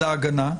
להגנה.